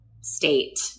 state